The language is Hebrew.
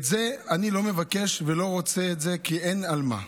את זה אני לא מבקש ולא רוצה את זה, כי אין על מה.